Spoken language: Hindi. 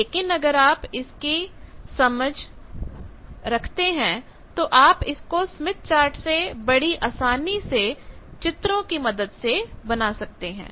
लेकिनअगर आप इसकी समझ आ गई हैं तो आप इसको स्मिथ चार्ट से बड़ी आसानी से चित्रों की मदद से कर सकती हैं